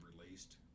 released